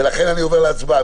לכן, אני עובר להצבעה.